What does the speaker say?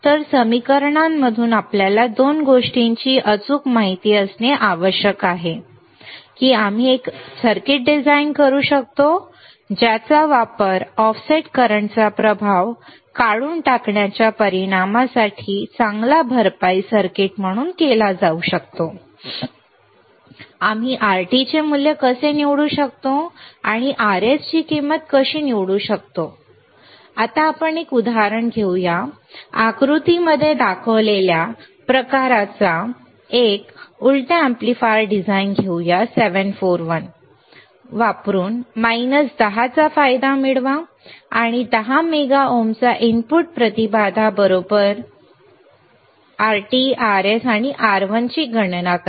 तर या समीकरणांमधून आपल्याला 2 गोष्टींची अचूक माहिती असणे आवश्यक आहे की आम्ही एक सर्किट डिझाईन करू शकतो ज्याचा वापर ऑफसेट करंटचा प्रभाव काढून टाकण्याच्या परिणामासाठी चांगला भरपाई सर्किट म्हणून केला जाऊ शकतो आणि आम्ही Rt चे मूल्य कसे निवडू शकतो आणि आम्ही Rs ची किंमत कशी निवडू शकतो आता आपण एक उदाहरण घेऊया आकृतीमध्ये दाखवलेल्या प्रकाराचा एक उलटा अॅम्प्लीफायर डिझाईन घेऊया 741 वापरून 10 चा फायदा मिळवा आणि 10 मेगा ओमचा इनपुट प्रतिबाधा बरोबर Rt Rs आणि R1 ची गणना करा